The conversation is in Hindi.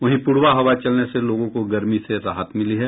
वहीं प्ररबा हवा चलने से लोगों को गर्मी से राहत मिली है